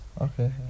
okay